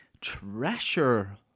Treasure